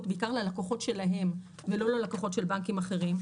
בעיקר ללקוחות שלהם ולא ללקוחות של בנקים אחרים.